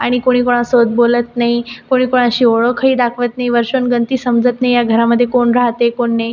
आणि कोणी कोणासोबत बोलत नाही कोणी कोणाशी ओळखही दाखवत नाही वर्षोंगणती समजत नाही या घरांमध्ये कोण रहाते कोण नाही